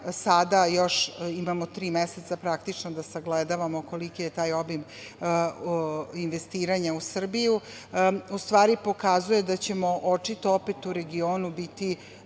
sada još imamo tri meseca praktično da sagledavamo koliki je taj obim investiranja u Srbiju, u stvari pokazuje da ćemo očito opet u regionu biti